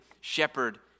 shepherd